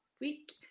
week